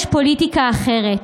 יש פוליטיקה אחרת,